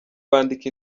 bandika